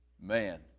Man